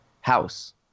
House